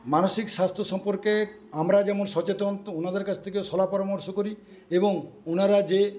মানসিক স্বাস্থ্য সম্পর্কে আমরা যেমন সচেতন তো ওনাদের কাছ থেকেও শলা পরামর্শ করি এবং ওনারা যে